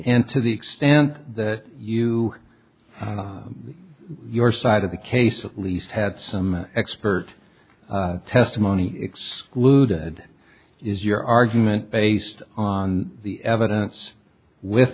and to the extent that you your side of the case at least had some expert testimony excluded is your argument based on the evidence with